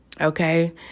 Okay